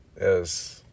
Yes